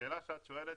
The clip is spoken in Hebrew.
השאלה שאת שואלת